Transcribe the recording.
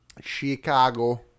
Chicago